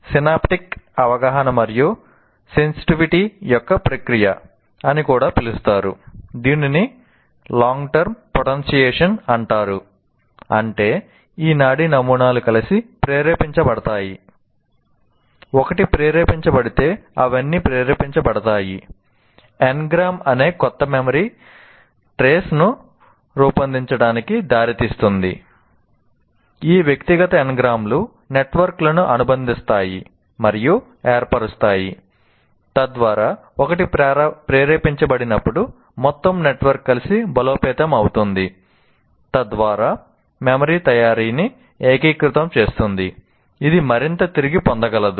stimulus నెట్వర్క్లను అనుబంధిస్తాయి మరియు ఏర్పరుస్తాయి తద్వారా ఒకటి ప్రేరేపించబడినప్పుడు మొత్తం నెట్వర్క్ కలిసి బలోపేతం అవుతుంది తద్వారా మెమరీ తయారీని ఏకీకృతం చేస్తుంది ఇది మరింత తిరిగి పొందగలదు